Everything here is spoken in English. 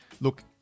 look